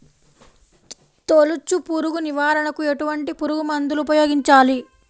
తొలుచు పురుగు నివారణకు ఎటువంటి పురుగుమందులు ఉపయోగించాలి?